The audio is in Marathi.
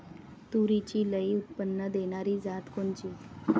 तूरीची लई उत्पन्न देणारी जात कोनची?